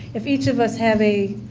if each of us have a